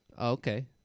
Okay